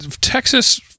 texas